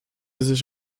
sich